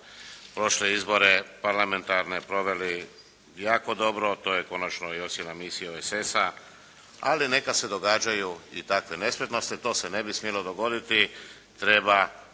prošle izbore parlamentarne proveli jako dobro. To je konačno i ocjena misije OESS-a ali nekad se događaju i takve nespretnosti. To se ne bi smjelo dogoditi. Treba